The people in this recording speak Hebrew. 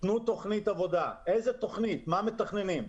תנו תוכנית עבודה, איזושהי תוכנית, מה מתכננים.